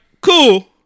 cool